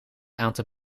aantal